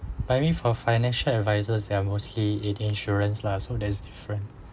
I mean for financial advisers they are mostly in insurance lah so there's different